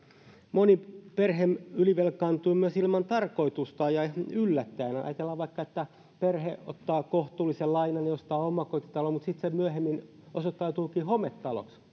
moni perhe ylivelkaantuu myös ilman tarkoitusta ja yllättäen ajatellaan vaikka että perhe ottaa kohtuullisen lainan ja ostaa omakotitalon mutta sitten se myöhemmin osoittautuukin hometaloksi